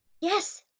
Yes